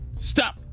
stop